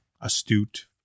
astute